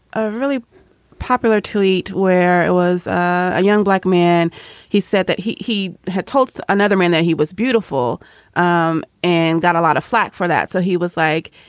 a really popular tweet where it was a young black man he said that he he had told another man that he was beautiful um and got a lot of flack for that. so he was like,